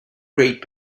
great